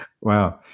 wow